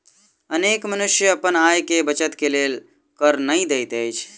अनेक मनुष्य अपन आय के बचत के लेल कर नै दैत अछि